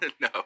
No